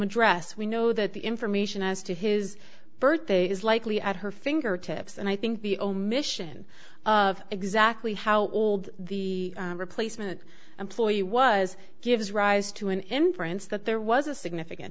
address we know that the information as to his birthday is likely at her fingertips and i think the omission of exactly how old the replacement employee was gives rise to an inference that there was a significant